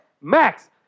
Max